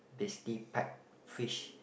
basically pack fish